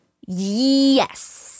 Yes